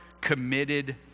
committed